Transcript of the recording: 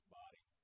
body